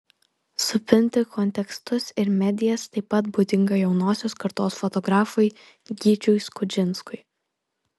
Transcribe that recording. supinti kontekstus ir medijas taip pat būdinga jaunosios kartos fotografui gyčiui skudžinskui